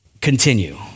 Continue